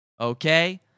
okay